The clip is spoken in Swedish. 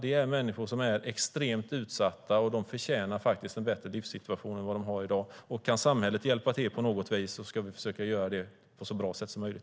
Det är människor som är extremt utsatta, och de förtjänar faktiskt en bättre livssituation än vad de har i dag. Om samhället kan hjälpa till på något vis ska vi försöka göra det på ett så bra sätt som möjligt.